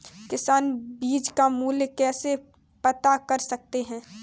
किसान बीज का मूल्य कैसे पता कर सकते हैं?